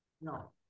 No